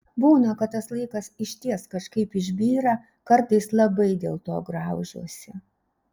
būna kad tas laikas išties kažkaip išbyra kartais labai dėlto graužiuosi